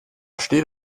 steht